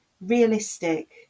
Realistic